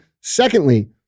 Secondly